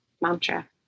mantra